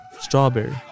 Strawberry